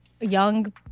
young